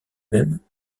même